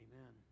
amen